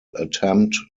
attempt